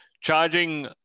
charging